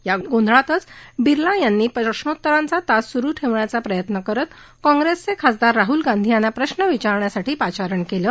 या गोंधळातच बिर्ला यांनी प्रश्नोतराचा तास सुरु ठेवण्याचा प्रयत्न करत काँग्रेसचे खासदार राहल गांधी यांना प्रश्न विचारण्यासाठी पाचारणही केलं